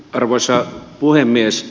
arvoisa puhemies